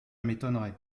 m’étonnerait